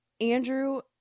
Andrew